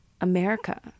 America